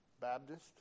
Baptist